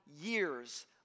years